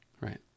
Right